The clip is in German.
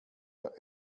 der